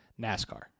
NASCAR